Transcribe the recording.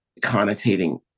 connotating